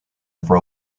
for